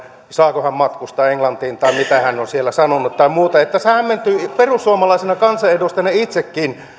saako ulkoministeri matkustaa englantiin tai mitä hän on siellä sanonut tai muuta hämmentyy perussuomalaisena kansanedustaja itsekin